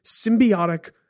symbiotic